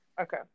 okay